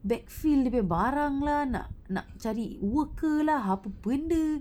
back fill dia punya barang lah nak nak cari worker lah apa benda